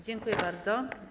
Dziękuję bardzo.